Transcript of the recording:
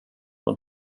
den